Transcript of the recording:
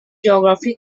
geography